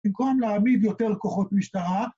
‫במקום להעמיד יותר כוחות משטרה.